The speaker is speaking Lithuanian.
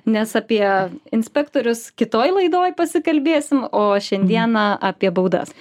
nes apie inspektorius kitoj laidoj pasikalbėsim o šiandieną apie baudas